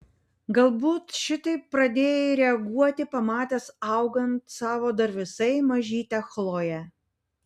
galbūt šitaip pradėjai reaguoti pamatęs augant savo dar visai mažytę chloję